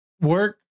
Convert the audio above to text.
work